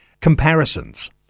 comparisons